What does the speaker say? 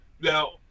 Now